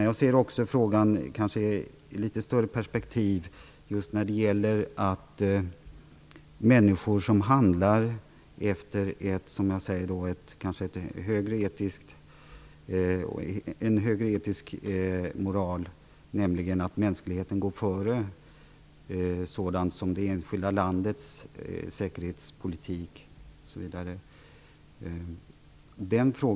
Jag ser också frågan i ett kanske litet större perspektiv när det gäller människor som handlar efter en högre etisk moral, nämligen att mänskligheten går före sådant som ett enskilt lands säkerhetspolitik osv.